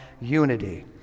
unity